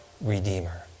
redeemer